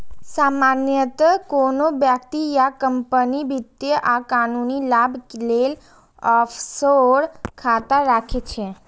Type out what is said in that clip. सामान्यतः कोनो व्यक्ति या कंपनी वित्तीय आ कानूनी लाभ लेल ऑफसोर खाता राखै छै